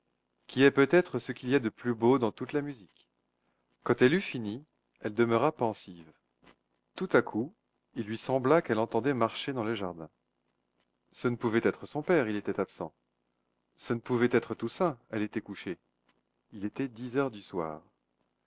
qui est peut-être ce qu'il y a de plus beau dans toute la musique quand elle eut fini elle demeura pensive tout à coup il lui sembla qu'elle entendait marcher dans le jardin ce ne pouvait être son père il était absent ce ne pouvait être toussaint elle était couchée il était dix heures du soir